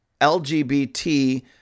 LGBT